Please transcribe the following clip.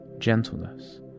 gentleness